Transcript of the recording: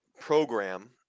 program